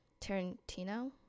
Tarantino